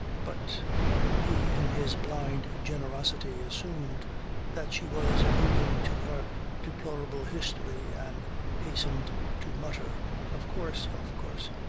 but he in his blind generosity assumed that she was alluding to her deplorable history and hastened to mutter of course! of course!